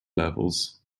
levels